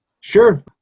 Sure